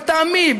לטעמי,